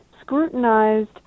scrutinized